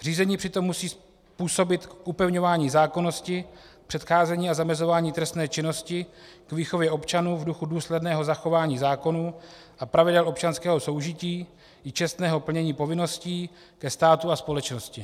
Řízení přitom musí působit k upevňování zákonnosti, k předcházení a zamezování trestné činnosti, k výchově občanů v duchu důsledného zachování zákonů a pravidel občanského soužití i čestného plnění povinností ke státu a společnosti.